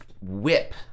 whip